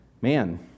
man